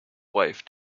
wife